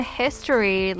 history